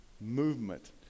movement